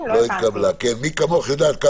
חולה עליך.